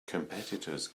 competitors